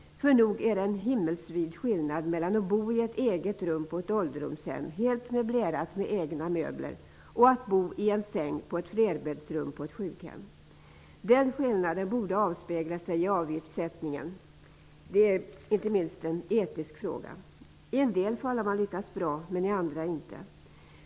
För nog är det en himmelsvid skillnad att bo i ett eget rum på ett ålderdomshem, helt möblerat med egna möbler, och att bo i en säng på ett flerbäddsrum på ett sjukhem. Den skillnaden borde avspeglas i avgiftssättningen. Det är inte minst en etisk fråga. I en del fall har man lyckats bra, i andra inte.